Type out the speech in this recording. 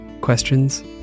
Questions